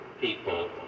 people